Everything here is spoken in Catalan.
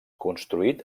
construït